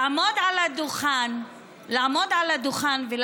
לעמוד על הדוכן ולהגיד